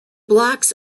blocks